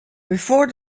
before